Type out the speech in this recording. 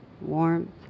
warmth